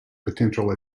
potential